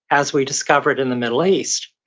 as we discovered in the middle east.